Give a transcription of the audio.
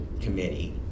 committee